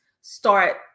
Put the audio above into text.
start